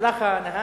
הלך הנהג,